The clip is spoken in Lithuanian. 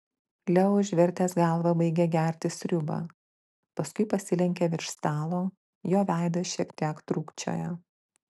leo užvertęs galvą baigė gerti sriubą paskui pasilenkė virš stalo jo veidas šiek tiek trūkčiojo